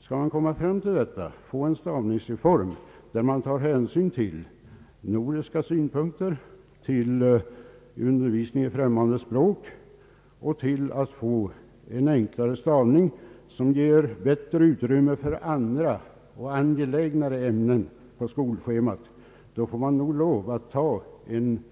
Skall man kunna genomföra en stavningsreform där hänsyn tas till nordiska synpunkter, till undervisningen i främmande språk och till behovet av en enklare stavning, som ger bättre utrymme för andra och angelägnare ämnen på skolschemat, torde man få lov att göra en